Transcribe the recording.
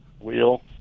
wheel